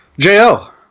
JL